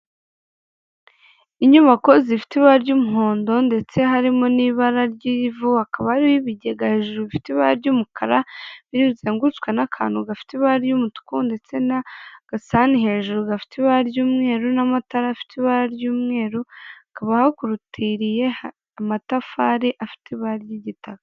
Inyubako zifite ibara ry'umuhondo ndetse harimo n'ibara ry'ivu hakaba hari ibigega hejuru bifite ibara ry'umukara bizengurutswe n'akantu gafite ibara ry'umutuku ndetse n'agasahani hejuru gafite ibara ry'umweru n'amatara afite ibara ry'umweru hakaba hakorotiriwe n'amatafari afite ibara ry'igitaka.